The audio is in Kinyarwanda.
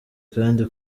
kandi